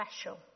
special